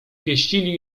pieścili